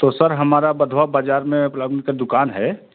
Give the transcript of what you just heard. तो सर हमारा बधवा बाज़ार में प्लम का दुकान है